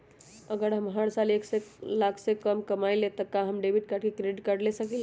अगर हम हर साल एक लाख से कम कमावईले त का हम डेबिट कार्ड या क्रेडिट कार्ड ले सकीला?